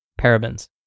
parabens